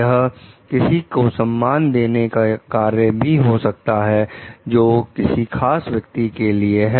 यह किसी को सम्मान देने का कार्य भी हो सकता है जो किसी खास व्यक्ति के लिए है